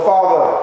Father